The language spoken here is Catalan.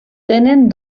tenen